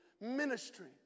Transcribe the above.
ministry